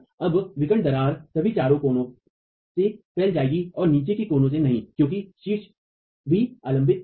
अब विकर्ण दरार सभी चार कोनों से फैल जाएगी और नीचे के कोनों से नहीं क्योंकि शीर्ष भी आलाम्बित है